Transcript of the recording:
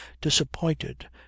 disappointed